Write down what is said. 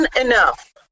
enough